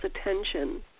attention